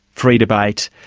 free debate,